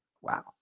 Wow